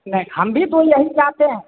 नहीं हम भी तो यही चाहते हैं